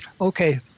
Okay